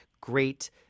great